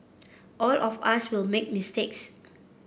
all of us will make mistakes